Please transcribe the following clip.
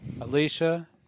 Alicia